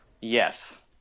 Yes